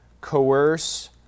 coerce